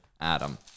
Adam